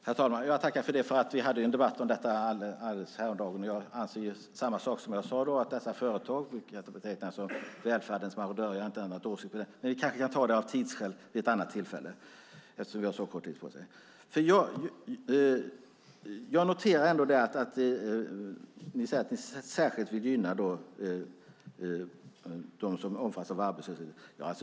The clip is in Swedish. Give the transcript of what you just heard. Herr talman! Vi hade en debatt om det häromdagen. Jag tycker samma sak som jag sade då, att dessa företag kan betecknas som välfärdens marodörer. Jag har inte ändrat åsikt, men av tidsskäl kanske vi kan ta det vid ett annat tillfälle. Jag noterar att Jacob Johnson säger att Vänsterpartiet särskilt vill gynna dem som omfattas av arbetslöshet.